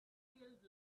fulfilled